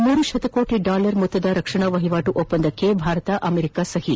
ಮೂರು ಶತಕೋಟ ಡಾಲರ್ ಮೊತ್ತದ ರಕ್ಷಣಾ ವಹಿವಾಟು ಒಪ್ಪಂದಕ್ಕೆ ಭಾರತ ಅಮೆರಿಕ ಸಹಿ